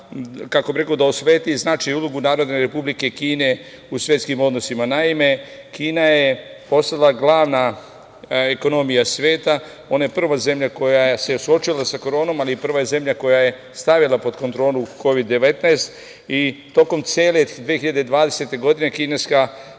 kako bih rekao, osvetli značaj i ulogu Narodne Republike Kine u svetskim odnosima. Naime, Kina je postala glavna ekonomija sveta, ona je prva zemlja koja se suočila sa koronom, ali je i prva zemlja koja je stavila pod kontrolu Kovid-19 i tokom cele 2020. godine kineska